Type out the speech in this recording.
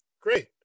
great